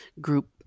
group